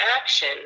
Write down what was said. action